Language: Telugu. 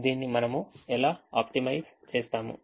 దీన్ని మనము ఎలా ఆప్టిమైజ్ చేస్తాము